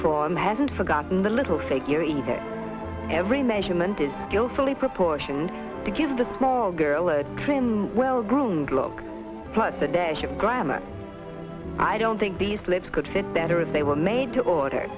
form hasn't forgotten the little figure in her every measurement is still fully proportioned to give the small girl or trim well groomed look plus a dash of grammar i don't think these lips could fit better if they were made to order